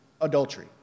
adultery